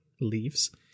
leaves